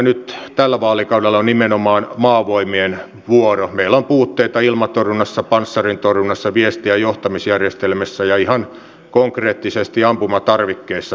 terrorismin torjunnan kehittämiseen tarvitaan kiireellisiä toimenpiteitä jotta uhkia pystytään havaitsemaan ja niihin pystytään puuttumaan ennalta ehkäisevästi